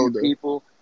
people